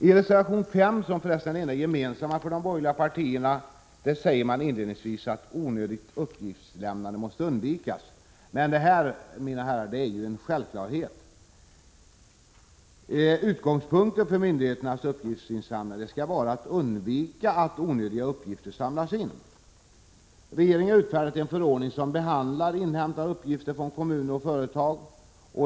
I reservation 5, som för resten är den enda gemensamma för de borgerliga partierna, står det inledningsvis att man måste undvika ett onödigt uppgiftslämnande. Detta, mina herrar, är ju en självklarhet. Utgångspunkten för myndigheternas uppgiftsinsamlande skall vara att undvika att onödiga uppgifter samlas in. Regeringen har utfärdat en förordning som behandlar inhämtande av uppgifter från kommuner och företag.